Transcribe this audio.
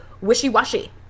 wishy-washy